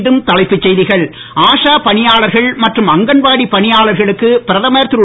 மீண்டும் தலைப்புச் செய்திகள் ஆஷா பணியாளர்கள் மற்றும் அங்கன்வாடி பணியாளர்களுக்கு பிரதமர் திரு